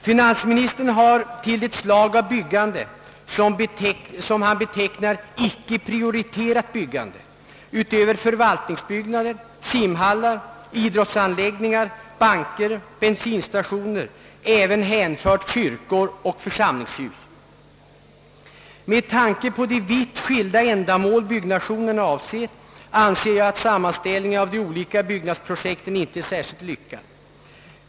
Finansministern har till ett slag av byggande som han betecknar som icke prioriterat förutom förvaltningsbyggnader, simhallar, idrottsanläggningar, banker och bensinstationer även hänfört kyrkor och församlingshus. Med tanke på de vitt skilda ändamålen för byggnaderna anser jag att sammanställningen av de olika byggnadsprojekten inte är särskilt lyckad.